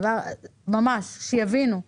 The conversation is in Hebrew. ממש, שיבינו.